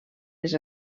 les